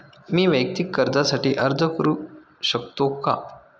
मी वैयक्तिक कर्जासाठी अर्ज करू शकतो का?